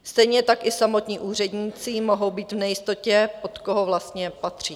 Stejně tak i samotní úředníci mohou být v nejistotě, pod koho vlastně patří.